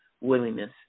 willingness